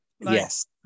Yes